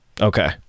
Okay